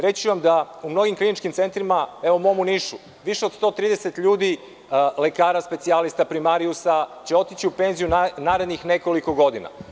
Reći ću vam da u mnogim kliničkim centrima, evo u Nišu više od 130 ljudi lekara specijalista primarijusa će otići u penziju narednih nekoliko godina.